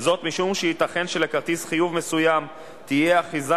כי בהצעת החוק שפורסמה לקריאה ראשונה